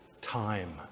time